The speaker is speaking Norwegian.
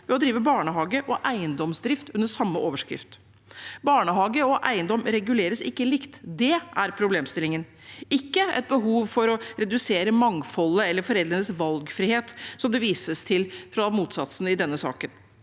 ved å drive barnehage og eiendomsdrift under samme overskrift. Barnehage og eiendom reguleres ikke likt. Det er problemstillingen, ikke et behov for å redusere mangfoldet eller foreldrenes valgfrihet, som det vises til fra motsatsen i denne saken.